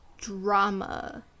drama